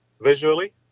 visually